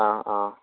ആ ആ